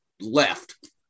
left